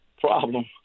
problem